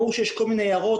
ברור שיש כל מיני הערות,